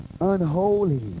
Unholy